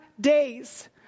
days